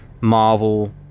marvel